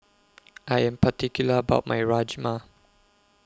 I Am particular about My Rajma